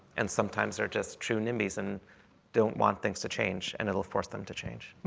and sometimes they're just true nimbys and don't want things to change and it'll force them to change.